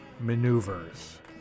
maneuvers